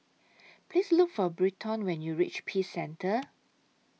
Please Look For Britton when YOU REACH Peace Centre